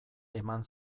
eman